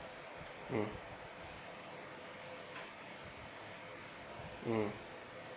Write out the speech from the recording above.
mm